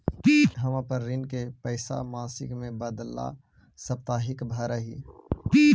हम अपन ऋण के पैसा मासिक के बदला साप्ताहिक भरअ ही